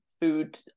food